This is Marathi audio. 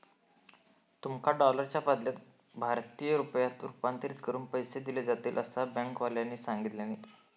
तुमका डॉलरच्या बदल्यात भारतीय रुपयांत रूपांतरीत करून पैसे दिले जातील, असा बँकेवाल्यानी सांगितल्यानी